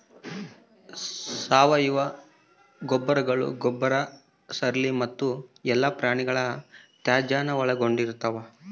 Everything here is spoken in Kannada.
ಸಾವಯವ ಗೊಬ್ಬರಗಳು ಗೊಬ್ಬರ ಸ್ಲರಿ ಮತ್ತು ಎಲ್ಲಾ ಪ್ರಾಣಿಗಳ ತ್ಯಾಜ್ಯಾನ ಒಳಗೊಂಡಿರ್ತವ